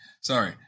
sorry